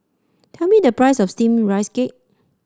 tell me the price of steamed Rice Cake